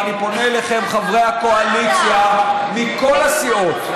אני פונה אליכם, חברי הקואליציה מכל הסיעות.